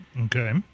Okay